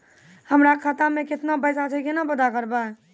हमरा खाता मे केतना पैसा छै, केना पता करबै?